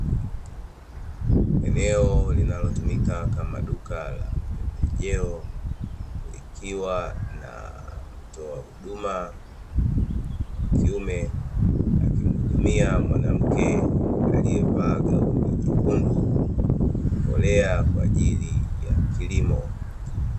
Eneo linalotumika kama duka la pembejeo, likiwa na mtoa huduma wakiume; akimhudumia mwanamke aliyevaa gauni jekundu, mbolea kwa ajili ya kilimo.